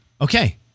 Okay